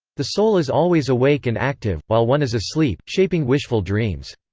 the soul is always awake and active, while one is asleep, shaping wishful dreams.